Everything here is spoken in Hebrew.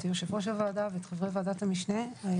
ואת יושב-ראש הוועדה וחברי ועדת המשנה.